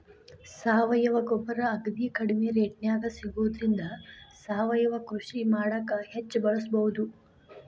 ಸಾವಯವ ಗೊಬ್ಬರ ಅಗದಿ ಕಡಿಮೆ ರೇಟ್ನ್ಯಾಗ ಸಿಗೋದ್ರಿಂದ ಸಾವಯವ ಕೃಷಿ ಮಾಡಾಕ ಹೆಚ್ಚ್ ಬಳಸಬಹುದು